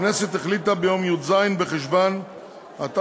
הכנסת החליטה ביום י"ז בחשוון התשע"ה,